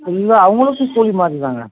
இல்லை அவங்களுக்கும் கூலி மாதிரி தான்ங்க